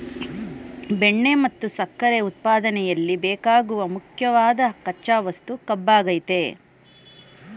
ಬೆಲ್ಲ ಮತ್ತು ಸಕ್ಕರೆ ಉತ್ಪಾದನೆಯಲ್ಲಿ ಬೇಕಾಗುವ ಮುಖ್ಯವಾದ್ ಕಚ್ಚಾ ವಸ್ತು ಕಬ್ಬಾಗಯ್ತೆ